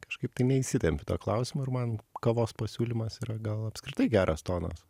kažkaip tai neįsitempiu tuo klausimu ir man kavos pasiūlymas yra gal apskritai geras tonas